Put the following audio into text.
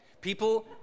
People